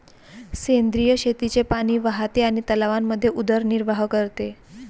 सेंद्रिय शेतीचे पाणी वाहते आणि तलावांमध्ये उदरनिर्वाह करते